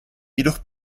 jedoch